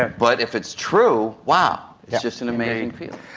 but if it's true, wow. it's just an amazing feeling.